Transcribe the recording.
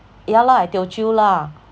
ya lah I teochew lah